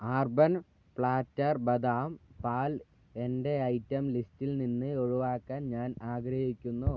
urban platter ബദാം പാൽ എന്റെ ഐറ്റം ലിസ്റ്റിൽ നിന്ന് ഒഴിവാക്കാൻ ഞാൻ ആഗ്രഹിക്കുന്നു